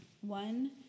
one